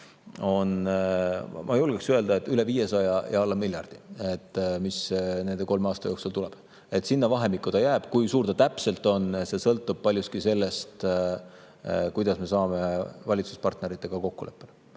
ma julgeksin öelda, üle 500 [miljoni] ja alla miljardi, mis nende kolme aasta jooksul tuleb. Sinna vahemikku ta jääb. Kui suur ta täpselt on, see sõltub paljuski sellest, kuidas me saame valitsuspartneritega kokkuleppele.